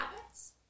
habits